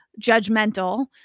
judgmental